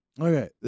Okay